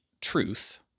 truth